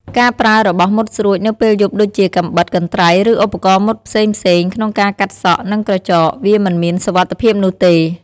ការប្រើរបស់មុតស្រួច នៅពេលយប់ដូចជា កាំបិត កន្ត្រៃ ឬឧបករណ៍មុតផ្សេងៗក្នុងការកាត់សក់ និងក្រចក វាមិនមានសុវត្ថិភាពនោះទេ។